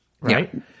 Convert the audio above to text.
right